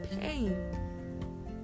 pain